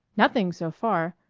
nothing so far